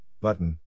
button